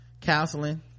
counseling